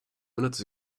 minutes